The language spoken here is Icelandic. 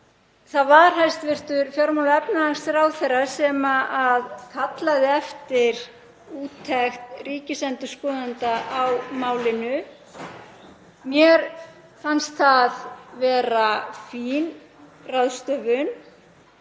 Það var hæstv. fjármála- og efnahagsráðherra sem kallaði eftir úttekt ríkisendurskoðanda á málinu. Mér fannst það vera fín ráðstöfun